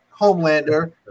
Homelander